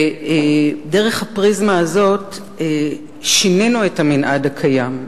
דרך החוק הזה שינינו את מנעד הכוח הקיים,